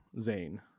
Zane